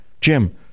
jim